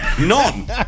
None